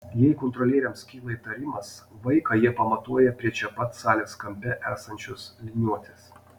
jei kontrolieriams kyla įtarimas vaiką jie pamatuoja prie čia pat salės kampe esančios liniuotės